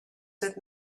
said